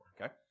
Okay